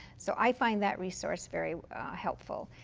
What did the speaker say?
so i find that resource very helpful.